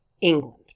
England